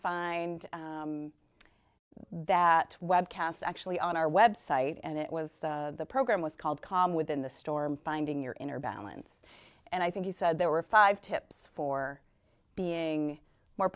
find that webcast actually on our website and it was the program was called calm within the storm finding your inner balance and i think he said there were five tips for being more